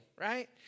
Right